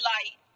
Light